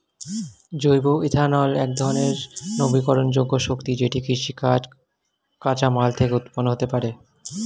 জৈব ইথানল একধরণের নবীকরণযোগ্য শক্তি যেটি কৃষিজ কাঁচামাল থেকে উৎপন্ন হতে পারে